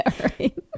right